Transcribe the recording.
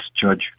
judge